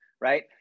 right